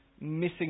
missing